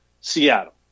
Seattle